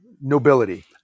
nobility